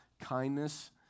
kindness